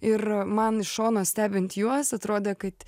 ir man iš šono stebint juos atrodė kad